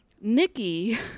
Nikki